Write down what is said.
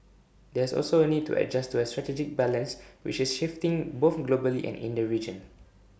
there is also A need to adjust to A strategic balance which is shifting both globally and in the region